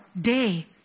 day